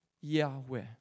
Yahweh